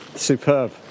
superb